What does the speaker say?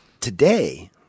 today